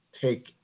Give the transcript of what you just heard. take